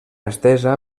estesa